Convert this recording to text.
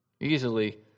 Easily